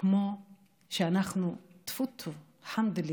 כמו שאנחנו, טפו-טפו, אלחמדולילה,